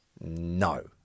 No